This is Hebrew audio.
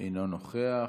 אינו נוכח.